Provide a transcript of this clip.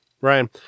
Ryan